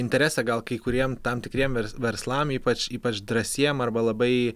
interesą gal kai kuriem tam tikriem verslam ypač ypač drąsiem arba labai